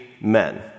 men